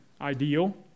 ideal